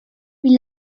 wie